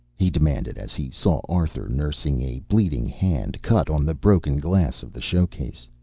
he demanded as he saw arthur nursing a bleeding hand cut on the broken glass of the showcase.